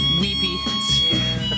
weepy